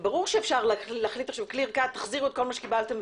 ברור שאפשר להחליט: תחזירו בבת אחת.